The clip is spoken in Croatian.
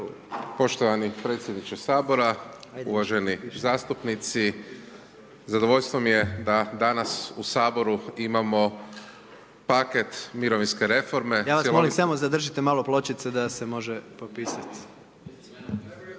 Poštovani predsjedniče Sabora, uvaženi zastupnici. Zadovoljstvo mi je da danas u Saboru imamo paket mirovinske reforme **Jandroković, Gordan (HDZ)** Ja vas molim, samo zadržite malo pločice da se može popisat.